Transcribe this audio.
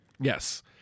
Yes